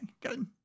good